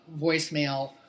voicemail